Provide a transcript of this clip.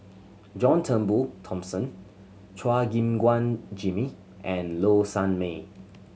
John Turnbull Thomson Chua Gim Guan Jimmy and Low Sanmay